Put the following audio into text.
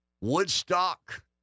Woodstock